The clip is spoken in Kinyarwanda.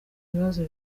ibibazo